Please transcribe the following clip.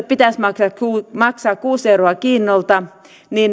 pitäisi maksaa kuusi euroa kiinnolta